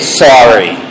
sorry